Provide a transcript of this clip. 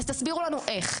אז תסבירו לנו איך,